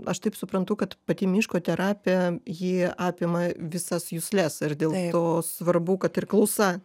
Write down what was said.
aš taip suprantu kad pati miško terapija ji apima visas jusles ar dėl to svarbu kad ir klausa